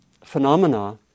phenomena